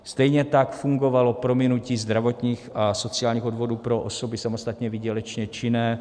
Stejně tak fungovalo prominutí zdravotních a sociálních odvodů pro osoby samostatně výdělečně činné.